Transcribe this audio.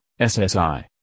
SSI